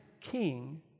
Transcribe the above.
king